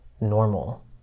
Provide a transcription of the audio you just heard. normal